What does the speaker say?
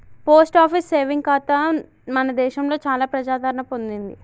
post office saving ఖాతా మన దేశంలో చాలా ప్రజాదరణ పొందింది